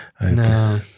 No